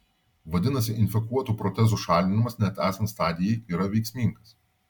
vadinasi infekuotų protezų šalinimas net esant stadijai yra veiksmingas